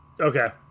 Okay